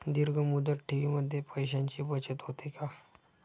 दीर्घ मुदत ठेवीमध्ये पैशांची बचत होते का?